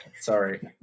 Sorry